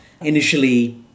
Initially